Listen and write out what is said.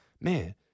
man